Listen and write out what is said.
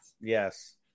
Yes